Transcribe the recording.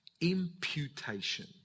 imputation